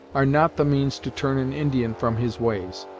are not the means to turn an indian from his ways.